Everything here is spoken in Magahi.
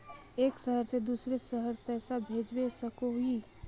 एक शहर से दूसरा शहर पैसा भेजवा सकोहो ही?